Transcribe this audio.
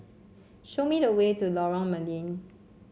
show me the way to Lorong Mydin